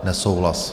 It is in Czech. Nesouhlas.